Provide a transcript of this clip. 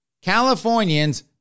Californians